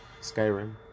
Skyrim